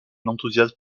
enthousiasme